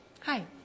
Hi